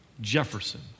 Jefferson